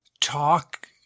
talk